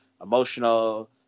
emotional